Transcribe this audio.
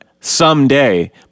someday